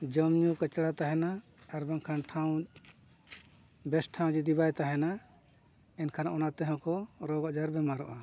ᱡᱚᱢ ᱧᱩ ᱠᱟᱪᱨᱟ ᱛᱟᱦᱮᱱᱟ ᱟᱨ ᱵᱟᱝᱠᱷᱟᱱ ᱴᱷᱟᱶ ᱵᱮᱥ ᱴᱷᱟᱶ ᱡᱩᱫᱤ ᱵᱟᱭ ᱛᱟᱦᱮᱱᱟ ᱮᱱᱠᱷᱟᱱ ᱚᱱᱟ ᱛᱮᱦᱚᱸ ᱠᱚ ᱨᱳᱜᱽ ᱟᱡᱟᱨ ᱵᱮᱢᱟᱨᱚᱜᱼᱟ